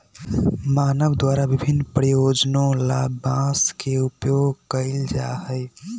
मानव द्वारा विभिन्न प्रयोजनों ला बांस के उपयोग कइल जा हई